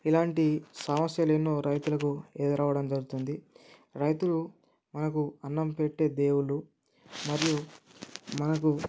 ఇలాంటి సమస్యలు ఎన్నో రైతులకు ఎదురవ్వడం జరుగుతుంది రైతులు మనకు అన్నం పెట్టే దేవుళ్ళు మరియు మనకు